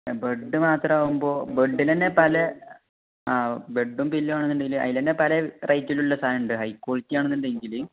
bed മാത്രം ആവുമ്പോൾ ബെഡിൽ തന്നെ പല ആ ബെഡ്ഡും പില്ലോ ആണെന്നുണ്ടെങ്കിൽ അതിൽ തന്നെ പല റൈറ്റിലുള്ള സാധനം ഉണ്ട് ഹൈ ക്വാളിറ്റി ആണെന്നുണ്ടെങ്കിൽ